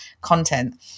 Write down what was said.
content